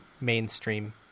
mainstream